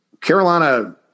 Carolina